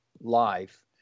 life